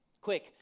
Quick